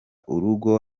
urugo